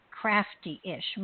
crafty-ish